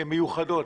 מיוחדות.